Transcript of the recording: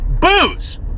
Booze